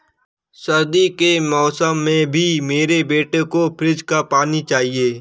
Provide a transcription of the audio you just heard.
सर्दी के मौसम में भी मेरे बेटे को फ्रिज का पानी चाहिए